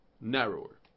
narrower